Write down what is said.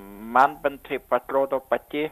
man bent taip atrodo pati